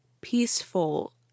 peaceful